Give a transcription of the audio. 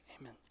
amen